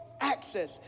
access